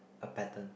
a pattern